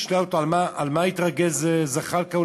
תשאל אותו על מה התרגז זחאלקה,